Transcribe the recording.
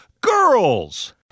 girls